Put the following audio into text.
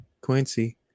Quincy